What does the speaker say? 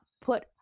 put